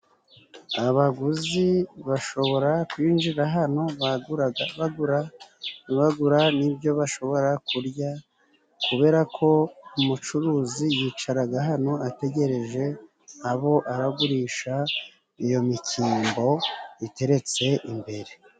Abaguzi bashobora kwinjira hano bagura n'ibyo bashobora kurya, kuberako umucuruzi yicara hano ategereje abo aragurisha iyo mikimbo iteretse imbere.